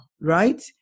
right